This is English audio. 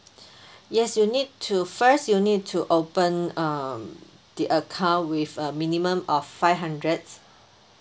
yes you need to first you need to open um the account with a minimum of five hundred